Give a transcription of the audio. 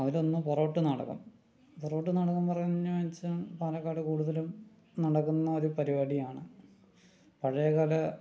അതിലൊന്ന് പൊറോട്ട് നാടകം പൊറോട്ട് നാടകം പറയുന്ന വെച്ച പാലക്കാട് കൂടുതലും നടക്കുന്ന ഒരു പരുപാടിയാണ് പഴയകാല